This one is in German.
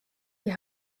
die